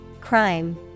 Crime